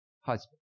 husband